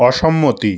অসম্মতি